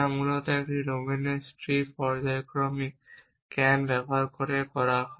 যা মূলত একটি ডোমেনের স্ট্রিপ পর্যায়ক্রমিক ক্যান ব্যবহার করে করা হয়